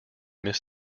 miss